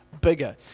bigger